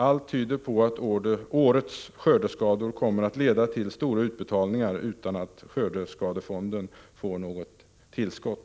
Allt tyder på att årets skördeskador kommer att leda till stora utbetalningar utan att skördeskadefonden får något tillskott.